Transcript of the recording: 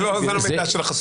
זה לא מידע של החסוי.